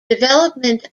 development